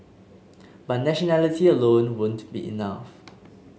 but nationality alone won't be enough